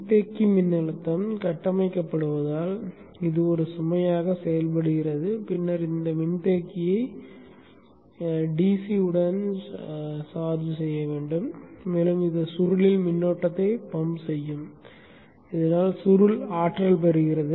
மின்தேக்கி மின்னழுத்தம் கட்டமைக்கப்படுவதால் இது ஒரு சுமையாக செயல்படுகிறது பின்னர் இந்த மின்தேக்கியை DC உடன் சார்ஜ் செய்கிறது மேலும் இது சுருளில் மின்னோட்டத்தை பம்ப் செய்யும் இதனால் சுருள் ஆற்றல் பெறுகிறது